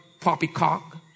poppycock